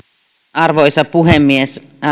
arvoisa puhemies